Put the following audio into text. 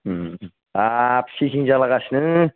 हाब सेकिं जालागासिनो